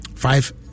five